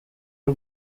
y’u